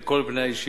אם כן, מה הן ההוראות?